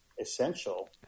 essential